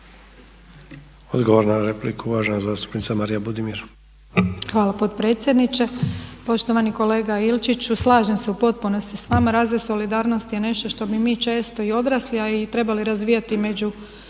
Odgovor na repliku uvažena zastupnica Marija Budimir.